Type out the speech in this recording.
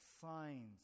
signs